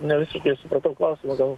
nevisiškai supratau klausimą gal